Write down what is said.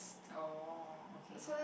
oh okay